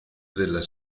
della